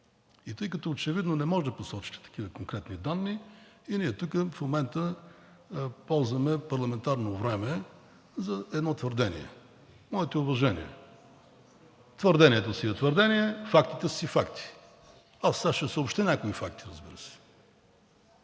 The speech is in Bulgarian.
И тъй като очевидно не можете да посочите такива конкретни данни и ние тук в момента ползваме парламентарно време за едно твърдение. Моите уважения! Твърдението си е твърдение, фактите са си факти. Аз сега ще съобщя някои факти, разбира се.